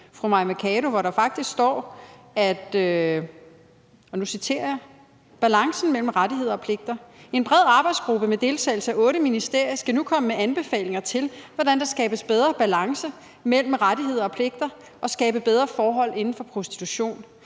fru Mai Mercado, som var socialminister, og nu citerer jeg: »Balancen mellem rettigheder og pligter. En bred arbejdsgruppe med deltagelse af otte ministerier skal nu komme med anbefalinger til, hvordan der skabes bedre balance mellem rettigheder og pligter og skabe bedre forhold inden for prostitution.